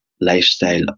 lifestyle